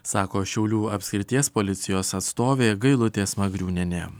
sako šiaulių apskrities policijos atstovė gailutė smagriūnienė